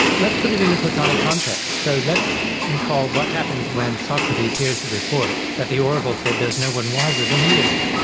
let's put in a platonic context, so let's recall what happens when socrates hears the report that the oracle said there's no one wiser than he is.